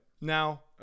Now